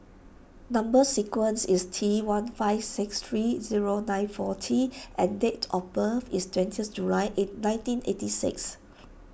Number Sequence is T one five six three zero nine four T and date of birth is twentieth July eight nineteen eighty six